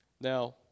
Now